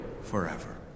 forever